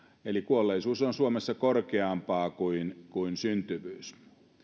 eli kuolleisuus on suomessa korkeampaa kuin kuin syntyvyys